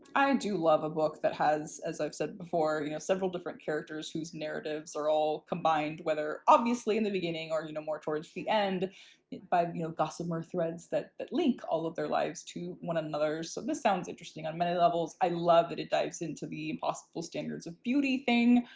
i do love a book that has as i've said before you know several different characters whose narratives are all combined, whether obviously in the beginning or you know more towards the end by you know gossamer threads that that link all of their lives to one another's. so this sounds interesting on many levels. i love that it dives into the impossible standards of beauty thing,